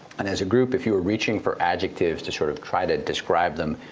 and as a group, if you were reaching for adjectives to sort of try to describe them,